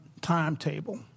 timetable